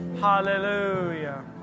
Hallelujah